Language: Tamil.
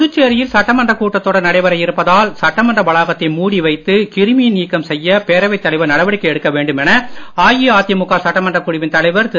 புதுச்சேரியில் சட்டமன்றக் கூட்டத்தொடர் நடைபெற இருப்பதால் சட்டமன்ற வளாகத்தை மூடிவைத்து கிருமி நீக்கம் செய்ய பேரவைத் தலைவர் நடவடிக்கை எடுக்க வேண்டுமென அஇஅதிமுக சட்டமன்றக் குழுவின் தலைவர் திரு